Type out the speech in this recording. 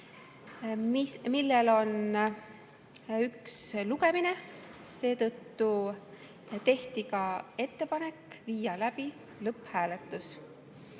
millel on üks lugemine, siis tehti ka ettepanek viia läbi lõpphääletus.